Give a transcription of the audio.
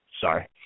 Sorry